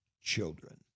children